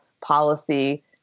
policy